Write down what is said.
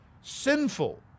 sinful